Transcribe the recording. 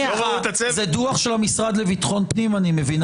סליחה, זה דוח של המשרד לביטחון פנים אני מבין.